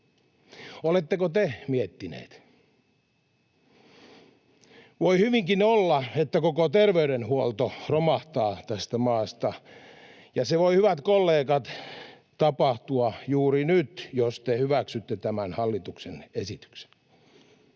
Oletteko te miettineet? Voi hyvinkin olla, että koko terveydenhuolto romahtaa tästä maasta, ja se voi, hyvät kollegat, tapahtua juuri nyt, jos te hyväksytte tämän hallituksen esityksen.